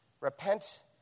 Repent